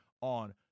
on